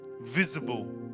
visible